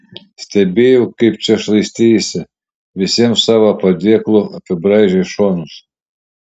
stebėjau kaip čia šlaisteisi visiems savo padėklu apibraižei šonus